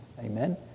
amen